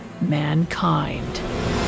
mankind